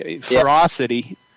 ferocity